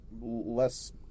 less